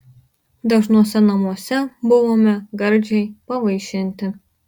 dažnuose namuose buvome gardžiai pavaišinti